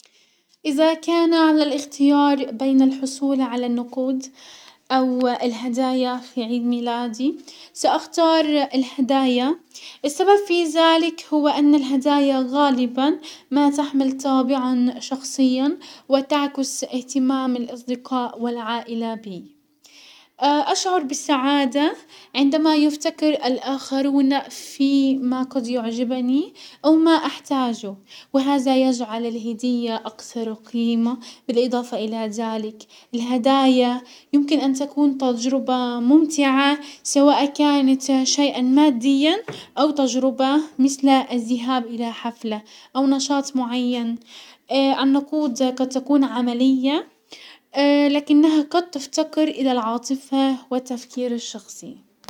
ازا كان على الاختيار بين الحصول على النقود او الهدايا في عيد ميلادي، ساختار الهدايا. السبب في زلك هو ان الهدايا غالبا ما تحمل طابعا شخصيا وتعكس اهتمام الاصدقاء والعائلة بي. اشعر بالسعادة عندما يفتكر الاخرون فيما قد يعجبني او ما احتاجه، وهزا يجعل الهدية اقصر قيمة، بالاضافة الى زلك الهدايا يمكن ان تكون تجربة ممتعة سواء كانت شيئا ماديا او تجربة مسل الزهاب الى حفلة او نشاط معين. النقود قد تكون عملية لكنها قد تفتقر الى العاطفة والتفكير الشخصي.